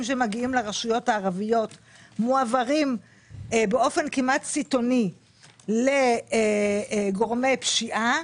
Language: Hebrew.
שמגיעים לרשויות הערביות מועברים באופן כמעט סיטוני לגורמי פשיעה.